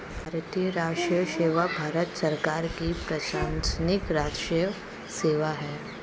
भारतीय राजस्व सेवा भारत सरकार की प्रशासनिक राजस्व सेवा है